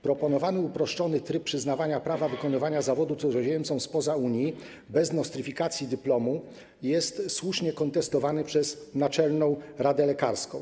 Proponowany uproszczony tryb przyznawania prawa wykonywania zawodu cudzoziemcom spoza Unii bez nostryfikacji dyplomu jest słusznie kontestowany przez Naczelną Radę Lekarską.